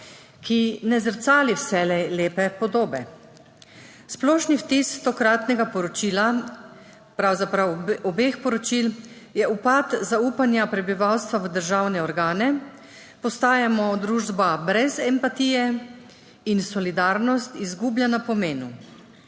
ki ne zrcali vselej lepe podobe. Splošni vtis tokratnega poročila, pravzaprav obeh poročil, je upad zaupanja prebivalstva v državne organe. Postajamo družba brez empatije in solidarnost izgublja na pomenu.